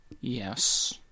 Yes